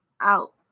out